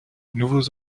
nouveaux